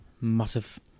massive